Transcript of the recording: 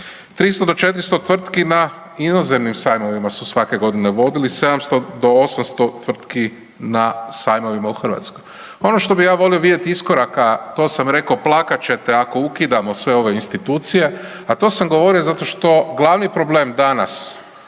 300 do 400 tvrtki na inozemnim sajmovima su svake godine vodili, 700 do 800 tvrtki na sajmovima u Hrvatskoj. Ono što bi ja volio vidjeti iskoraka, a to sam rekao, plakat ćete ako ukidamo sve ove institucije, a to sam govorio zato što glavni problem danas